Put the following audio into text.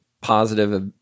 positive